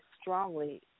strongly